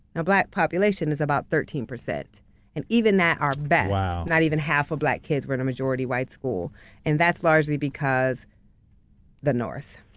black population is about thirteen percent and even at our best not even half of black kids were at a majority white school and that's largely because the north,